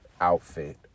outfit